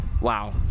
wow